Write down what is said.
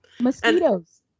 Mosquitoes